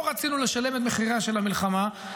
לא רצינו לשלם את מחירה של המלחמה,